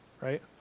right